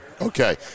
Okay